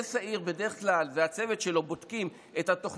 מהנדס העיר והצוות שלו בדרך כלל בודקים את התוכניות,